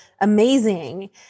amazing